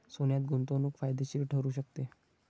सोन्यात गुंतवणूक फायदेशीर ठरू शकते